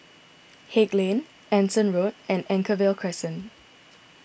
Haig Lane Anson Road and Anchorvale Crescent